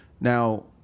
Now